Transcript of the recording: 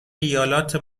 ایالات